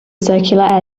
circular